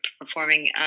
performing